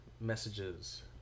messages